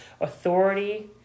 Authority